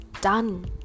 done